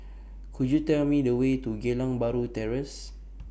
Could YOU Tell Me The Way to Geylang Bahru Terrace